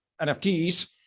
NFTs